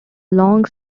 long